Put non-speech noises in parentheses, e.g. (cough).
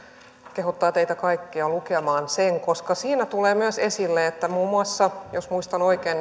kehottaa teitä kaikkia lukemaan sen koska siinä tulee myös esille että muun muassa norjassa jos muistan oikein (unintelligible)